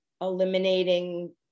eliminating